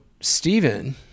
Stephen